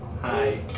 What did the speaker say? Hi